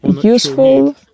useful